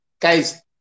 guys